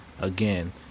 again